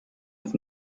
with